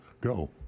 go